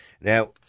Now